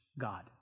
God